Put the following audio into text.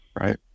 Right